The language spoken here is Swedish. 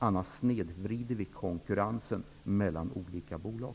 Annars snedvrids konkurrensen mellan olika bolag.